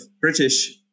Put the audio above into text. British